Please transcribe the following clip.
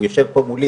הוא יושב פה מולי,